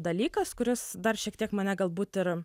dalykas kuris dar šiek tiek mane galbūt ir